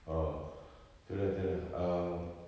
oh itu lah itu lah um